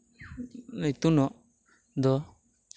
ᱤᱛᱩᱱᱚᱜ ᱫᱚ